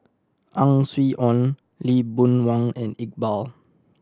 Ang Swee Aun Lee Boon Wang and Iqbal